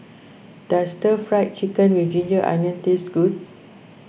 does Stir Fried Chicken with Ginger Onions taste good